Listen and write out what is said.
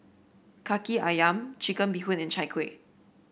kaki ayam Chicken Bee Hoon and Chai Kueh